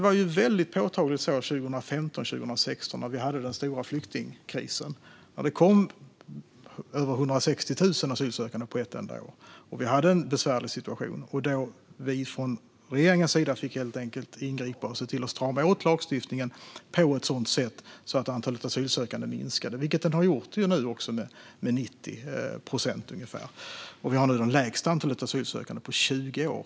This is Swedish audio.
När vi 2015 och 2016 hade den stora flyktingkrisen kom det över 160 000 asylsökande på ett enda år, och vi hade en besvärlig situation. Då fick vi från regeringens sida helt enkelt ingripa och se till att strama åt lagstiftningen på ett sådant sätt att antalet asylsökande minskade - vilket det nu också har gjort, med ungefär 90 procent, så att vi nu har det lägsta antalet asylsökande till Sverige på 20 år.